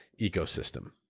ecosystem